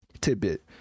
tidbit